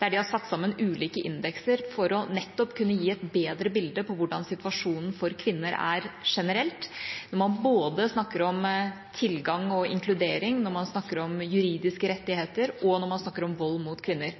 De har satt sammen ulike indekser for nettopp å kunne gi et bedre bilde av hvordan situasjonen for kvinner er generelt, både når man snakker om tilgang og inkludering, når man snakker om juridiske rettigheter, og når man snakker om vold mot kvinner.